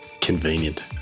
Convenient